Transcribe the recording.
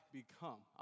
become